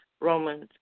Romans